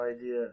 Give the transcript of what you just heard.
idea